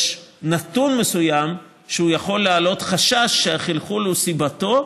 יש נתון מסוים שיכול להעלות חשש שהחלחול הוא סיבתו,